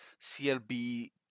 CLB